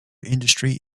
industry